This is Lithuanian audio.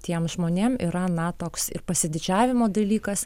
tiem žmonėm yra na toks ir pasididžiavimo dalykas